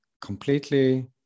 completely